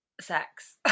sex